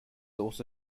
also